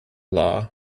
law